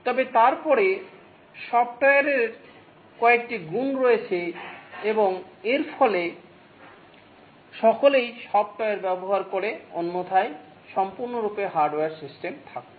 তবে তারপরে সফ্টওয়্যারের কয়েকটি গুণ রয়েছে এবং এর ফলে সকলেই সফ্টওয়্যার ব্যবহার করে অন্যথায় সম্পূর্ণরূপে হার্ডওয়্যার সিস্টেম থাকত